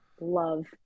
love